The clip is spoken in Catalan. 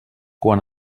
quan